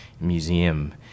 museum